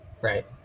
Right